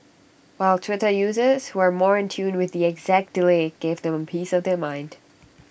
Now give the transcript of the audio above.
while Twitter users who were more in tune with the exact delay gave them A piece of their mind